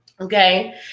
okay